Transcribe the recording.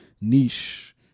niche